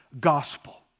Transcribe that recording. gospel